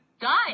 die